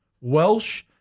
Welsh